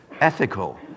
ethical